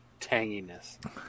tanginess